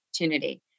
opportunity